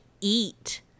eat